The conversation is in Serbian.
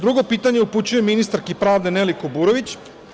Drugo pitanje upućujem ministarki pravde Neli Kuburović.